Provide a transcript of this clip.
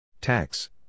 Tax